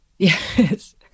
Yes